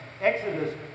Exodus